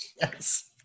Yes